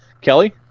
Kelly